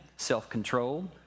self-controlled